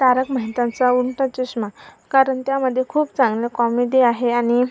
तारक मेहतांचा उल्टा चश्मा कारण त्यामध्ये खूप चांगलं कॉमेडी आहे आणि